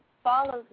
follows